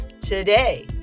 today